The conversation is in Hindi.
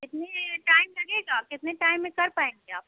कितना टाइम लगेगा कितने टाइम में कर पाएँगी आप